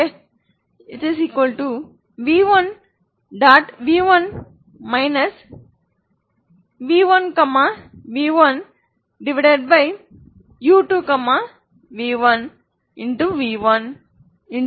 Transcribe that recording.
v1u2 v1 u2v1